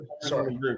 Sorry